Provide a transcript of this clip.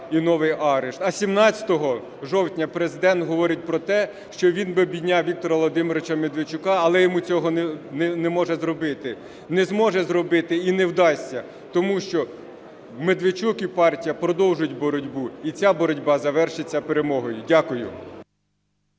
і новий арешт, а 17 жовтня Президент говорить про те, що він би обійняв Віктора Володимировича Медведчука, але йому цього не можна зробити. Не зможе зробити і не вдасться, тому що Медведчук і партія продовжують боротьбу, і ця боротьба завершиться перемогою. Дякую.